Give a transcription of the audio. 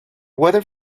weather